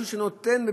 משהו שנותן,